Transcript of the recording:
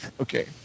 Okay